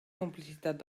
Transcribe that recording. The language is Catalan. complicitat